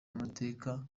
amateka